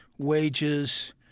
wages